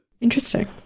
Interesting